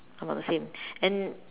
about the same and